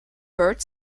third